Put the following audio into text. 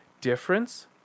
difference